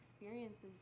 experiences